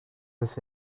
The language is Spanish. vez